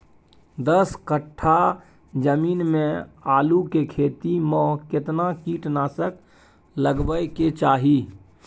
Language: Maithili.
दस कट्ठा जमीन में आलू के खेती म केतना कीट नासक लगबै के चाही?